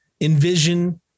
envision